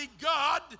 God